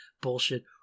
bullshit